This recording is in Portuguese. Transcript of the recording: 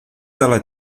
ela